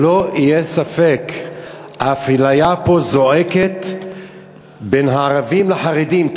שלא יהיה ספק, האפליה פה זועקת בין הערבים לחרדים.